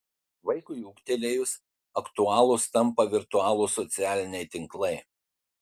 vaikui ūgtelėjus aktualūs tampa virtualūs socialiniai tinklai